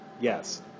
Yes